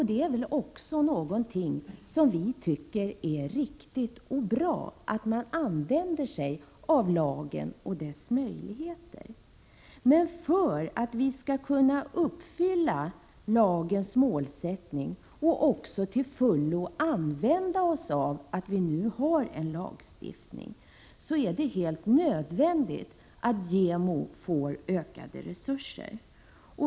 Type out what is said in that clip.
Det ärockså riktigt och bra att man använder sig av lagen och dess möjligheter. För att vi skall kunna uppfylla lagens målsättning och också till fullo använda oss av lagstiftningen är det helt nödvändigt att JämO får ökade resurser.